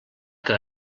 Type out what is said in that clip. que